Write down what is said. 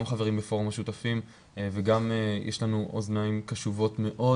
חברים בפורומים משותפים וגם יש לנו אוזניים קשובות מאוד